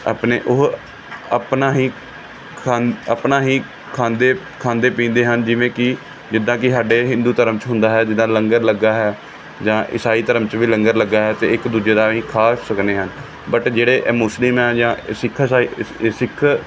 ਆਪਣੇ ਉਹ ਆਪਣਾ ਹੀ ਖਾਂ ਆਪਣਾ ਹੀ ਖਾਂਦੇ ਖਾਂਦੇ ਪੀਂਦੇ ਹਨ ਜਿਵੇਂ ਕਿ ਜਿੱਦਾਂ ਕਿ ਸਾਡੇ ਹਿੰਦੂ ਧਰਮ 'ਚ ਹੁੰਦਾ ਹੈ ਜਿੱਦਾਂ ਲੰਗਰ ਲੱਗਾ ਹੈ ਜਾਂ ਈਸਾਈ ਧਰਮ 'ਚ ਵੀ ਲੰਗਰ ਲੱਗਾ ਹੈ ਤਾਂ ਇੱਕ ਦੂਜੇ ਦਾ ਅਸੀਂ ਖਾ ਸਕਦੇ ਹਾਂ ਬਟ ਜਿਹੜੇ ਮੁਸਲਿਮ ਹੈ ਜਾਂ ਸਿੱਖ ਈਸਾਈ ਸਿੱਖ